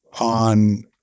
on